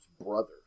brother